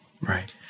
Right